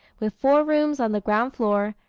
with four rooms on the ground floor,